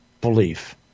belief